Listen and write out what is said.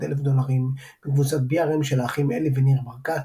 אלף דולרים מקבוצת BRM של האחים אלי וניר ברקת,